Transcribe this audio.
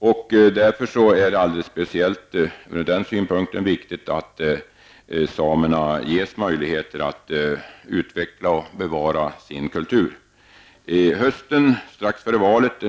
Det är ur den synpunkten alldeles speciellt viktigt att samerna ges möjligheter att utveckla och bevara sin kultur.